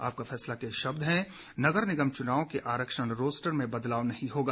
आपका फैसला के शब्द हैं नगर निगम चुनाव के आरक्षण रोस्टर में बदलाव नहीं होगा